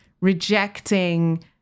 rejecting